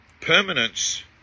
permanence